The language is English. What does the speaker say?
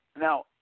Now